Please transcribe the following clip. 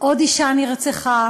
עוד אישה נרצחה,